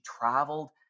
traveled